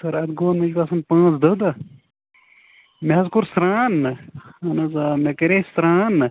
سَر اَتھ گوٚو مےٚ چھُ باسان پانٛژھ دہ دۄہ مےٚ حظ کوٚر سرٛان نا اہن حظ آ مےٚ کَریٚو سرٛان نہ